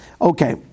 Okay